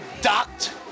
ducked